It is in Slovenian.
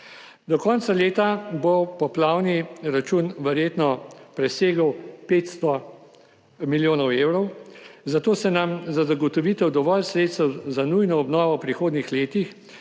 Do konca leta bo poplavni račun verjetno presegel 500 milijonov evrov, zato se nam za zagotovitev dovolj sredstev za nujno obnovo v prihodnjih letih,